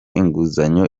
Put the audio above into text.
inguzanyo